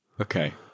Okay